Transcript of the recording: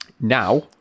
Now